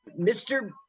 Mr